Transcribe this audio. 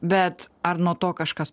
bet ar nuo to kažkas